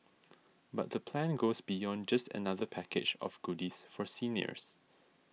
but the plan goes beyond just another package of goodies for seniors